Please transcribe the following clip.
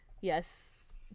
yes